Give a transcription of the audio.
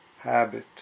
habit